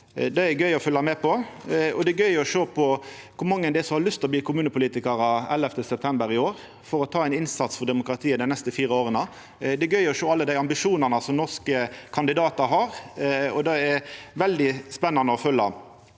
Det er gøy å følgja med på. Det er òg gøy å sjå kor mange som har lyst til å bli kommunepolitikar 11. september i år for å gjera ein innsats for demokratiet dei neste fire åra. Det er gøy å sjå alle ambisjonane som norske kandidatar har, og det er veldig spennande å følgja.